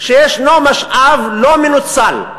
שישנו משאב לא מנוצל,